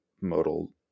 modal